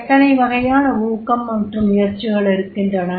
எத்தனை வகையான ஊக்கம் மற்றும் முயற்சிகள் இருக்கின்றன